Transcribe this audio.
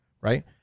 Right